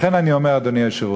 לכן אני אומר, אדוני היושב-ראש,